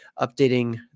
updating